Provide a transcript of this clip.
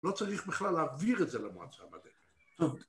לא צריך בכלל להעביר את זה למועצה מדעית.